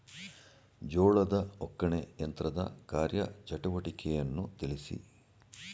ಜೋಳದ ಒಕ್ಕಣೆ ಯಂತ್ರದ ಕಾರ್ಯ ಚಟುವಟಿಕೆಯನ್ನು ತಿಳಿಸಿ?